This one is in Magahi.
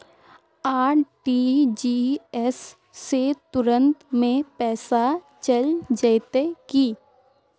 आर.टी.जी.एस से तुरंत में पैसा चल जयते की?